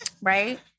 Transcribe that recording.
Right